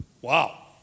Wow